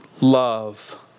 love